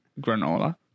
granola